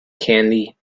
candy